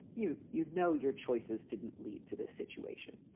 you you know, your choices didn't lead to this situation.